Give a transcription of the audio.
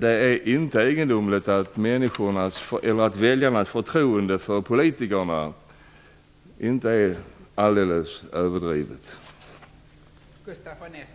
Det är inte egendomligt att väljarnas förtroende för politikerna inte är överdrivet